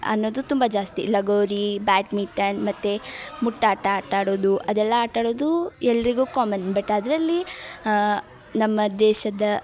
ಅನ್ನೋದು ತುಂಬ ಜಾಸ್ತಿ ಲಗೋರಿ ಬ್ಯಾಟ್ಮಿಟನ್ ಮತ್ತು ಮುಟ್ಟಾಟ ಆಟ ಆಡೋದು ಅದೆಲ್ಲ ಆಟ ಆಡೋದು ಎಲ್ಲರಿಗೂ ಕಾಮನ್ ಬಟ್ ಅದರಲ್ಲಿ ನಮ್ಮ ದೇಶದ